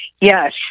Yes